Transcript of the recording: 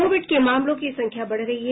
Covid के मामलों की संख्या बढ़ रही है